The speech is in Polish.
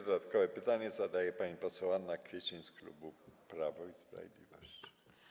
Dodatkowe pytanie zadaje pani poseł Anna Kwiecień z klubu Prawo i Sprawiedliwość.